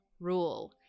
Rule